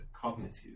cognitive